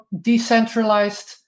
decentralized